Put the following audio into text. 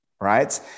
right